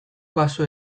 baso